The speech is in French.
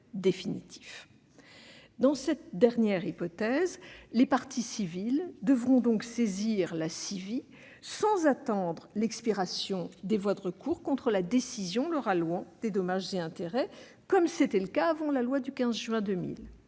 Dans cette dernière hypothèse, les parties civiles devront saisir la CIVI sans attendre l'expiration des voies de recours contre la décision leur allouant des dommages et intérêts, comme c'était le cas avant la loi du 15 juin 2000.